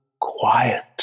quiet